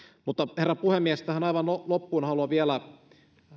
mutta herra puhemies tähän aivan loppuun haluan vielä